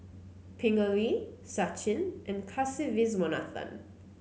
Pingali Sachin and Kasiviswanathan